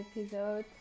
episode